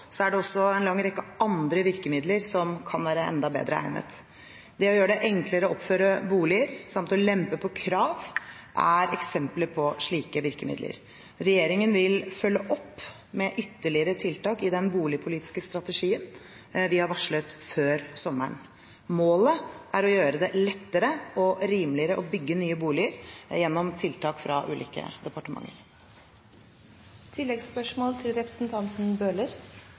er det også en lang rekke andre virkemidler som kan være enda bedre egnet. Det å gjøre det enklere å oppføre boliger samt å lempe på krav er eksempler på slike virkemidler. Regjeringen vil følge opp med ytterligere tiltak i den boligpolitiske strategien vi har varslet før sommeren. Målet er å gjøre det lettere og rimeligere å bygge nye boliger gjennom tiltak fra ulike